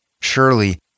Surely